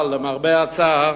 אבל למרבה הצער,